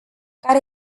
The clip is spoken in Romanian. care